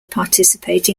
participate